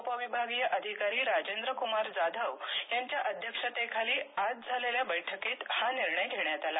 उपविभागीय अधिकारी राजेंद्रकुमार जाधव यांच्या अध्यक्षतेखाली आज झालेल्या बैठकीत हा निर्णय घेण्यात आला